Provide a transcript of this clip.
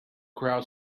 crowd